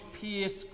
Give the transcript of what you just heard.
pierced